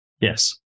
Yes